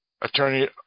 Attorney